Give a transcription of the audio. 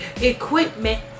equipment